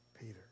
Peter